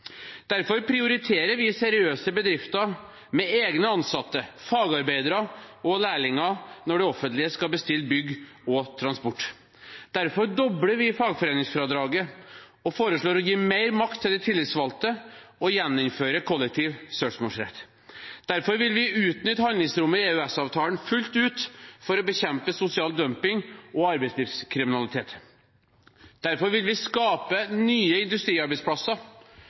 Derfor prioriterer vi seriøse bedrifter med egne ansatte, fagarbeidere og lærlinger når det offentlige skal bestille bygg og transport. Derfor dobler vi fagforeningsfradraget og foreslår å gi mer makt til de tillitsvalgte og gjeninnføre kollektiv søksmålsrett. Derfor vil vi utnytte handlingsrommet i EØS-avtalen fullt ut for å bekjempe sosial dumping og arbeidslivskriminalitet. Derfor vil vi skape nye industriarbeidsplasser.